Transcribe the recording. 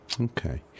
okay